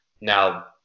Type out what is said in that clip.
now